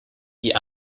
die